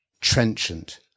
trenchant